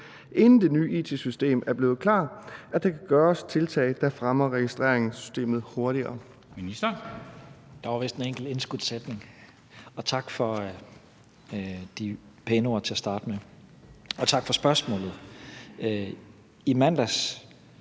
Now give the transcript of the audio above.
inden det nye it-system er blevet klar, at der kan gøres tiltag, der fremmer et registreringssystem hurtigere?